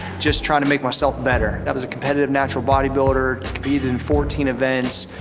just trying to make myself better. that was a competitive natural bodybuilder, compete in fourteen events,